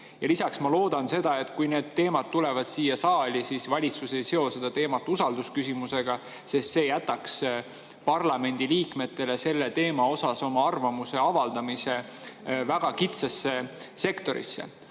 Lisaks, ma loodan seda, et kui need teemad tulevad siia saali, siis valitsus ei seo seda teemat usaldusküsimusega, sest see jätaks parlamendiliikmetele sellel teemal oma arvamuse avaldamise väga kitsasse sektorisse. Aga